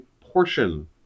portion